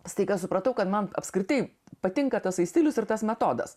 staiga supratau kad man apskritai patinka tasai stilius ir tas metodas